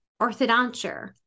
orthodonture